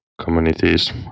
communities